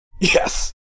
yes